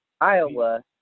Iowa